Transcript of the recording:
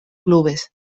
clubes